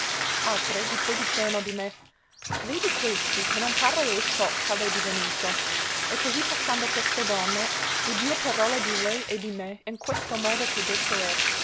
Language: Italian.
avemo altre dipoi diceano di me vedi questi che non pare esso tal è divenuto e così passando queste donne udio parole di lei e di me in questo modo che detto è